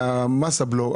מס הבלו.